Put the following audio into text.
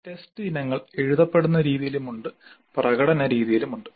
test ഇനങ്ങൾ എഴുതപ്പെടുന്ന രീതിയിലുമുണ്ട് പ്രകടന രീതിയിലുമുണ്ട്